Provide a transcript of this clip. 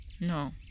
no